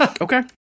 Okay